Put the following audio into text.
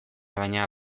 baina